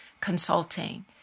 Consulting